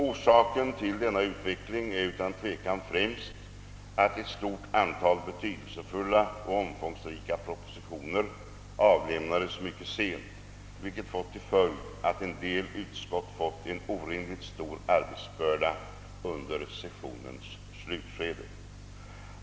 Orsaken till denna utveckling är utan tvekan främst att ett stort antal betydelsefulla och omfångsrika propositioner avlämnades mycket sent, vilket fått till följd att en del utskott fått en orimligt stor arbetsbörda under sessionens slutskede.